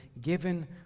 given